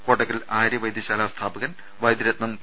കോട്ടക്കൽ ആരൃവൈദൃശാല സ്ഥാപകൻ വൈദൃരത്നം പി